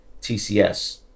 TCS